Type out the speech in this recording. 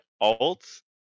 alt